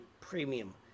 premium